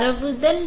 பரவுதல்